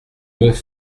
mieux